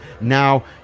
now